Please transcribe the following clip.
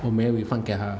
我没 refund 给他